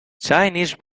chinese